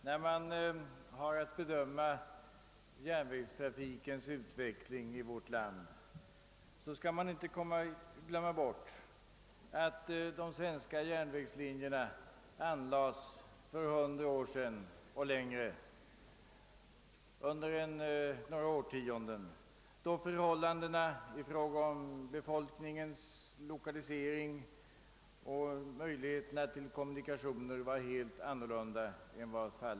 När man har att bedöma järnvägstrafikens utveckling i vårt land skall man inte glömma att de svenska järnvägslinjerna anlades under några årtionden för hundra år sedan eller mera, då befolkningslokaliseringen och möjligheterna till kommunikationer var helt annorlunda än i dag.